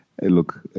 Look